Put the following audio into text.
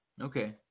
okay